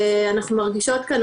ואנחנו מרגישות כאן,